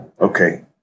Okay